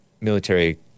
military